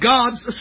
God's